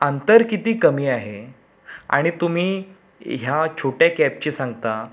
अंतर किती कमी आहे आणि तुम्ही ह्या छोट्या कॅबची सांगता